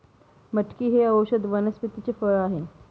मटकी हे औषधी वनस्पतीचे फळ आहे